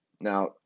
now